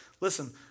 Listen